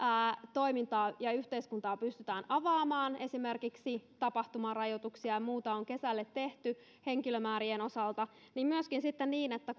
toimintaa ja yhteiskuntaa pystytään avaamaan esimerkiksi tapahtumarajoituksia ja muuta on kesälle tehty henkilömäärien osalta niin myöskin sitten niin että